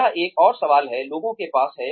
यह एक और सवाल है लोगों के पास है